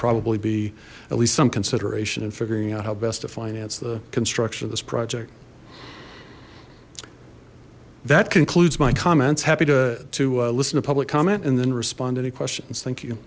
probably be at least some consideration and figuring out how best to finance the construction of this project that concludes my comments happy to listen to public comment and then respond to any questions thank